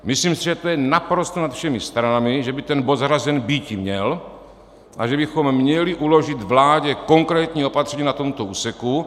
Myslím si, že to je naprosto nad všemi stranami, že by ten bod zařazen býti měl a že bychom měli uložit vládě konkrétní opatření na tomto úseku.